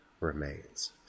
remains